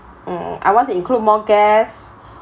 mm I want to include more guests